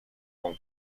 con